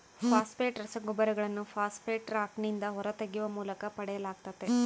phosphate ರಸಗೊಬ್ಬರಗಳನ್ನು phosphate ರಾಕ್ನಿಂದ ಹೊರತೆಗೆಯುವ ಮೂಲಕ ಪಡೆಯಲಾಗ್ತತೆ